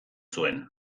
zuen